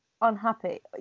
Unhappy